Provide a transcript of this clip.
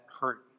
hurt